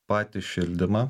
patį šildymą